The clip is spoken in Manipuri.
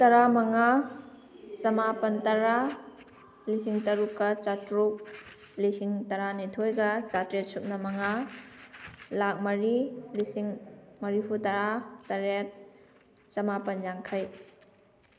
ꯇꯔꯥꯃꯉꯥ ꯆꯃꯥꯄꯟ ꯇꯔꯥ ꯂꯤꯁꯤꯡ ꯇꯔꯨꯛꯀ ꯆꯥꯇ꯭ꯔꯨꯛ ꯂꯤꯁꯤꯡ ꯇꯔꯥꯅꯤꯊꯣꯏꯒ ꯆꯥꯇ꯭ꯔꯦꯠ ꯁꯨꯞꯅ ꯃꯉꯥ ꯂꯥꯈ ꯃꯔꯤ ꯂꯤꯁꯤꯡ ꯃꯔꯤꯐꯨ ꯇꯔꯥ ꯇꯥꯔꯦꯠ ꯆꯃꯥꯄꯟ ꯌꯥꯡꯈꯩ